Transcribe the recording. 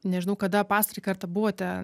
nežinau kada pastarąjį kartą buvote